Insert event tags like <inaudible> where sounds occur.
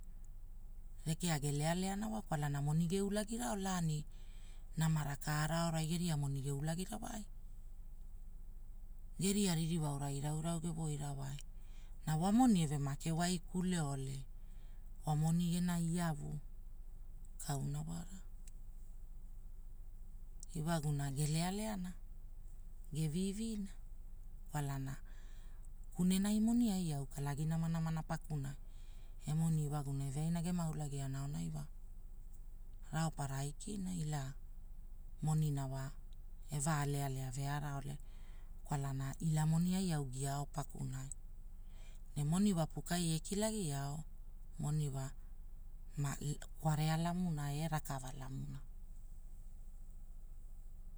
Rekea gelea leana wa kwalana moni geulagirao laani, namara kaara aorai geria moni geulagirawai. Geria ririwa aura woo vagi gewoinawai. Na wamoni eve make waikule ole, wa moni gena iavu, kauna wara. Iwaguna gelealeana, gevivina, kwalana, kunenai moni ai au kalagi nama namana pakuna. Emoni iwaguna aonai gema ulagiana wa, raupara aikina ila, monina wa, eva lealea veara ole. Kwalana ila moni ai au gia ao. pakunai. Ne moni wa pukai ekilagiao, moni wa <unintelligible> kwanea lamuna e rakava lamuna.